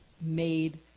made